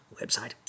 website